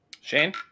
Shane